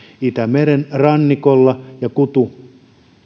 itämeren rannikolla olevien ja kutujokia